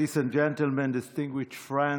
Ladies and gentlemen, distinguished friends,